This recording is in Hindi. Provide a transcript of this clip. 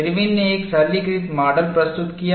इरविन ने एक सरलीकृत माडल प्रस्तुत किया